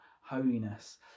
holiness